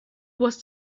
was